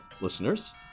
listeners